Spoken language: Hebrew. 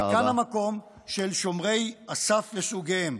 וכאן המקום של שומרי הסף לסוגיהם.